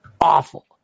awful